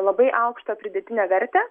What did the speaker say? labai aukštą pridėtinę vertę